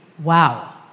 Wow